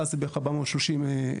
תעש זה בערך 430 דונם.